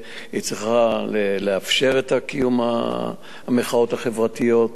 היא צריכה לאפשר את קיום המחאות החברתיות,